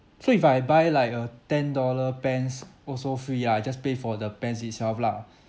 so if I buy like a ten dollar pants also free ah just pay for the pants itself lah